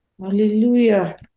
Hallelujah